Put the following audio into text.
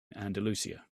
andalusia